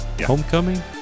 Homecoming